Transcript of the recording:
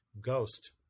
ghost